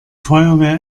feuerwehr